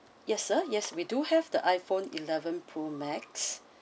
yes sir yes we do have the iPhone eleven pro max